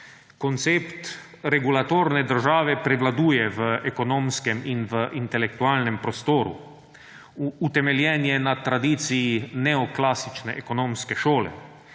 Koncept regulatorne države prevladuje v ekonomskem in v intelektualnem prostoru. Utemeljen je na tradiciji neoklasične ekonomske šole.